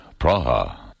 Praha